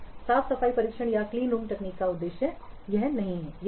साफ सफाई परीक्षण या क्लीनरूम तकनीक का उद्देश्य यही है